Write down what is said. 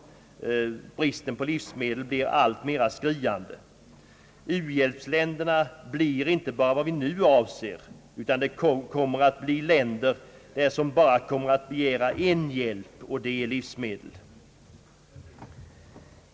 Världens rop på livsmedel blir alltmera skriande. U-hjälpsländer blir inte bara sådana länder som vi nu avser, utan det kommer att finnas länder som bara begär en enda sak: livsmedel.